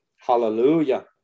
Hallelujah